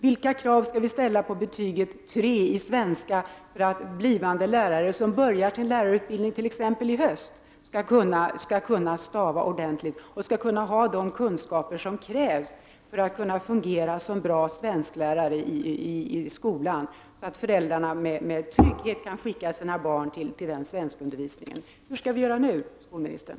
Vilka krav skall vi ställa på betyget tre i svenska för att blivande lärare, som börjar sin lärarutbildning t.ex. i höst, skall kunna stava ordentligt och ha de kunskaper som krävs för att de skall fungera som bra svensklärare i skolan, så att föräldrar med trygghet kan skicka sina barn till den svenskundervisningen? Hur skall vi göra nu, skolministern?